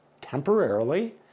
Temporarily